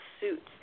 suits